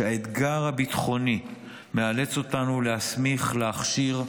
כשהאתגר הביטחוני מאלץ אותנו להסמיך, להכשיר,